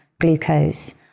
glucose